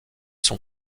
sont